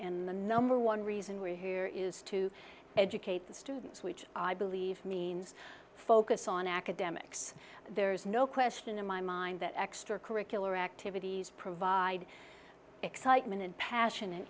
and the number one reason we're here is to educate the students which i believe means focus on academics there's no question in my mind that extracurricular activities provide excitement and passion